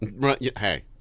Hey